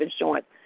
insurance